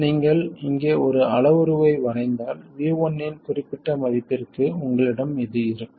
நீங்கள் இங்கே ஒரு அளவுருவை வரைந்தால் V1 இன் குறிப்பிட்ட மதிப்பிற்கு உங்களிடம் இது இருக்கும்